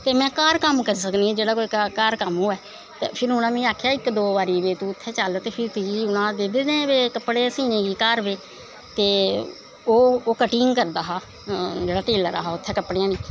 ते में घऱ कम्म करी सकनी आं जेह्ड़ा घऱ कम्म होऐ फिर उनैं मिगी आखेआ इक दो बार तूं उत्थें चल ते फिर दे देनें उनां कपड़े घर सीनें गी बी ते ओह् कट्टिंग करदा हा कपड़ें ही जेह्ड़ा टेल्लर हा उत्थें